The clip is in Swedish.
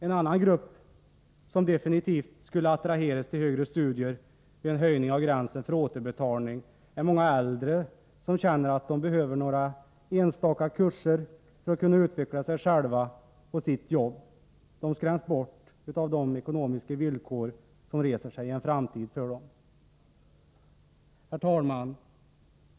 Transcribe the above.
En annan grupp som definitivt skulle attraheras till högre studier vid en höjning av gränsen för återbetalning är många äldre som känner att de behöver några enstaka kurser för att kunna utveckla sig själva och sitt jobb. De skräms bort av de ekonomiska villkor som reser sig för dem i en framtid. Herr talman!